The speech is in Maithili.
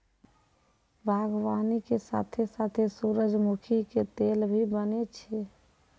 बागवानी के साथॅ साथॅ सूरजमुखी के तेल भी बनै छै